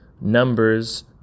Numbers